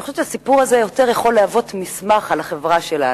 אני חושבת שהוא יכול יותר להוות מסמך על החברה שלנו,